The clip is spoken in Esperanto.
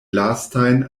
lastajn